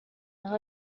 aho